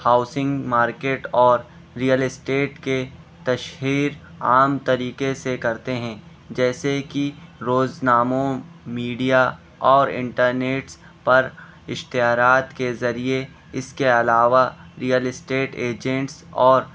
housing market اور real estate کے تشہیر عام طریقے سے کرتے ہیں جیسے کہ روز ناموں میڈیا اور انٹرنیٹ پر اشتہارات کے ذریعے اس کے علاوہ ریئل اسٹیٹ ایجنٹس اور